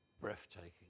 breathtaking